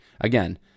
again